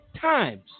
times